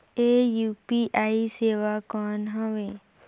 ये यू.पी.आई सेवा कौन हवे?